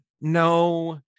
no